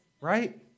Right